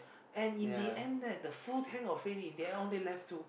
and in the end that the full tank of fish in the end only left two